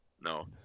No